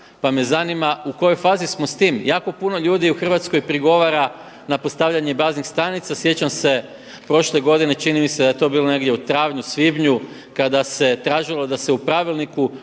pa me zanima u kojoj fazi smo s tim. Jako puno ljudi u Hrvatskoj prigovara na postavljanje baznih stanica. Sjećam se prošle godine čini mi se da je to bilo negdje u travnju, svibnju kada se tražilo da se u pravilniku